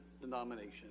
denomination